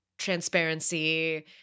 transparency